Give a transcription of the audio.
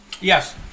Yes